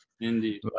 Indeed